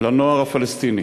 לנוער הפלסטיני.